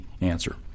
answer